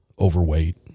overweight